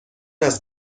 است